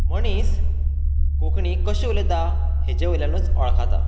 मनीस कोंकणी कशी उलयता हेच्या वयल्यानुच वळखाता